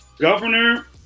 Governor